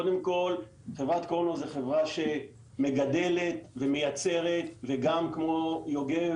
קודם כל חברת קורונוס זו חברה שמגדלת ומייצרת וגם אנחנו כמו יוגב